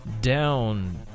down